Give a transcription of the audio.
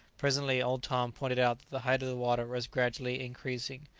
presently, old tom pointed out that the height of the water was gradually increasing,